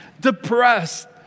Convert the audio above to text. depressed